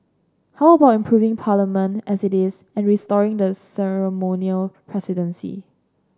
how about improving Parliament as it is and restoring the ceremonial presidency